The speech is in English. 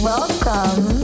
Welcome